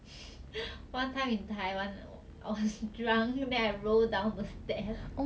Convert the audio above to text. one time in taiwan I was drunk then I roll down the stairs